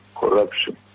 corruption